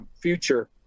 future